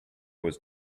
was